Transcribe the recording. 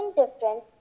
difference